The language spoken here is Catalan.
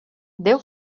déu